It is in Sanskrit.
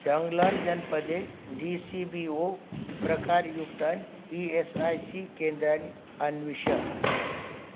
चाङ्ग्लाङ्गजनपदे डी सी बी ओ प्रकारयुक्तानि ई एस् ऐ सी केन्द्राणि अन्विष